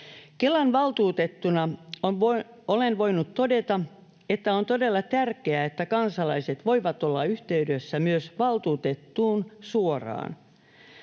Kelan valtuutettuna olen voinut todeta, että on todella tärkeää, että kansalaiset voivat olla yhteydessä myös suoraan